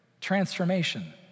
Transformation